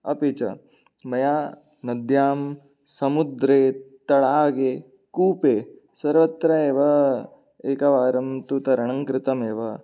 अपि च मया नद्यां समुद्रे तडागे कूपे सर्वत्र एव एकवारं तु तरणं कृतमेव